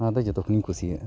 ᱚᱱᱟ ᱫᱚ ᱡᱚᱛᱚ ᱠᱷᱚᱱᱤᱧ ᱠᱩᱥᱤᱭᱟᱜᱼᱟ